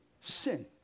sin